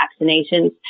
vaccinations